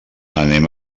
anem